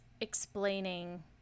explaining